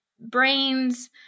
brains